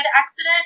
accident